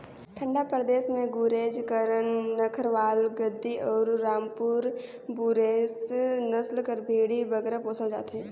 ठंडा परदेस में गुरेज, करना, नक्खरवाल, गद्दी अउ रामपुर बुसेर नसल कर भेंड़ी बगरा पोसल जाथे